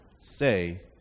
say